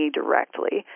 directly